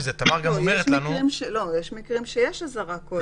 יש מקרים שכן יש אזהרה קודם.